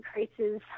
increases